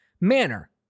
manner